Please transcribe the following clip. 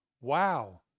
Wow